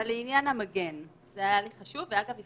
אנחנו לא